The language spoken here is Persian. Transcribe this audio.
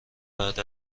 بعد